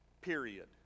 Period